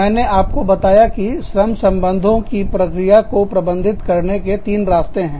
मैंने आपको बताया कि श्रम संबंधों की प्रक्रिया को प्रबंधित करने के तीन रास्ते हैं